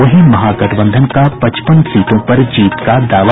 वहीं महागठबंधन का पचपन सीटों पर जीत का दावा